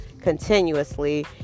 continuously